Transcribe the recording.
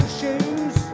shoes